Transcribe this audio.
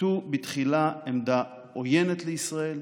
נקטו בתחילה עמדה עוינת לישראל,